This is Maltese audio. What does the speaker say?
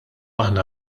aħna